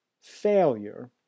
failure